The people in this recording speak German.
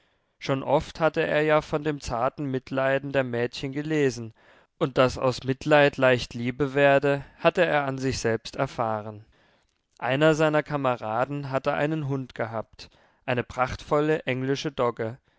schon oft hatte er ja von dem zarten mitleiden der mädchen gelesen und daß aus mitleid leicht liebe werde hatte er an sich selbst erfahren einer seiner kameraden hatte einen hund gehabt eine prachtvolle englische dogge